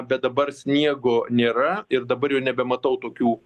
bet dabar sniego nėra ir dabar jau nebematau tokių